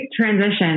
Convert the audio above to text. transition